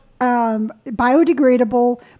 biodegradable